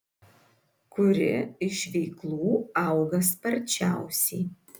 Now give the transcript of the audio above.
kuri iš veiklų auga sparčiausiai